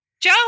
Joe